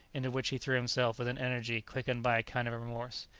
into which he threw himself with an energy quickened by a kind of remorse.